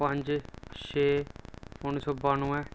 पंज छे उन्नी सौ बानवें